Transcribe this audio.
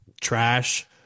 trash